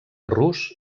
rus